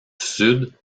sud